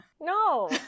No